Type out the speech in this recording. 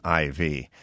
IV